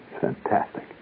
Fantastic